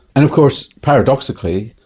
and of course, paradoxically,